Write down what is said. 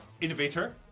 innovator